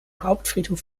hauptfriedhof